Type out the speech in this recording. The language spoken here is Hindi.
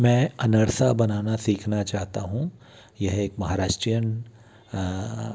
मैं अनर्सा बनाना सीखना चाहता हूँ यह एक महाराष्ट्रीयन